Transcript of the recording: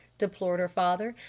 deplored her father.